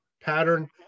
pattern